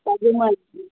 सजमनि